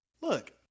Look